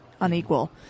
unequal